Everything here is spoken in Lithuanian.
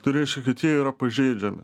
tai reiškia kad jie yra pažeidžiami